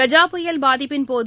கஜா புயல் பாதிப்பின்போது